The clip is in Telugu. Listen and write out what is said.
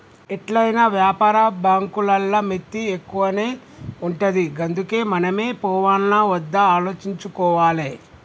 ఎట్లైనా వ్యాపార బాంకులల్ల మిత్తి ఎక్కువనే ఉంటది గందుకే మనమే పోవాల్నా ఒద్దా ఆలోచించుకోవాలె